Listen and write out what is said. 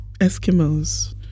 Eskimos